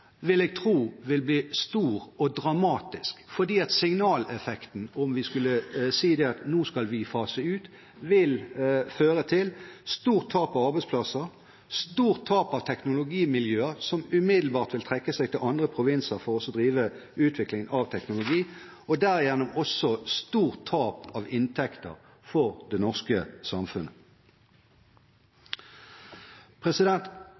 vil jeg tro vil bli stor og dramatisk, fordi signaleffekten om vi skulle si at vi nå skal fase ut, vil føre til stort tap av arbeidsplasser, stort tap av teknologimiljøer, som umiddelbart vil trekke seg mot andre provinser for å drive utvikling av teknologi, og derigjennom også stort tap av inntekter for det norske